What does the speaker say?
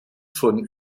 von